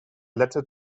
letter